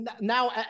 Now